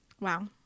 Wow